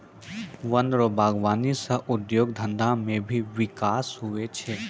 वन रो वागबानी सह उद्योग धंधा मे भी बिकास हुवै छै